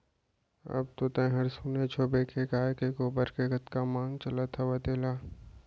अब तो तैंहर सुनेच होबे के गाय के गोबर के कतका मांग चलत हवय तेला